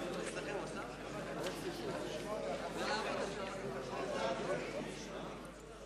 אני קובע שסעיף 73 לשנת 2009 אושר.